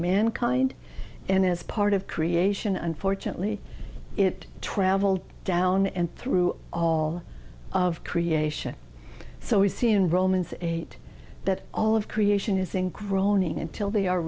mankind and as part of creation unfortunately it traveled down and through all of creation so we see in romans eight that all of creation is in groaning until they are